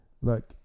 Look